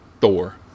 Thor